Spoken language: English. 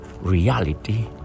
reality